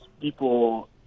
people